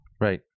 Right